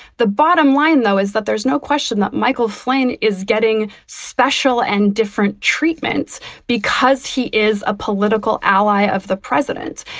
the bottom line, though is that there's no question that michael flynn is getting special and different treatments because he is a political ally of the president.